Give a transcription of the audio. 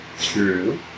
True